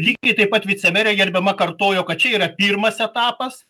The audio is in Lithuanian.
lygiai taip pat vicemerė gerbiama kartojo kad čia yra pirmas etapas